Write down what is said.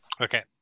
Okay